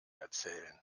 erzählen